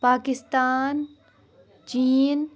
پاکِستان چیٖن